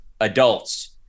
adults